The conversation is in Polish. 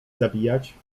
zabijać